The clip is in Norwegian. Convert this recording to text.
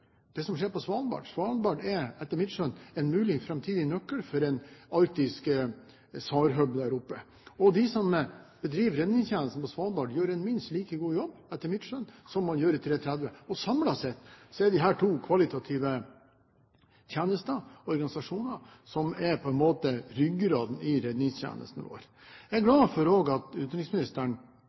det som skjer på Svalbard. Svalbard er etter mitt skjønn en mulig, framtidig nøkkel for en arktisk SAR-hub der oppe. De som driver redningstjenesten på Svalbard, gjør etter mitt skjønn en minst like god jobb som man gjør i 330. Samlet sett er disse to kvalitative tjenestene organisasjoner som på en måte er ryggraden i redningstjenesten vår. Jeg er også glad for at utenriksministeren